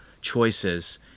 choices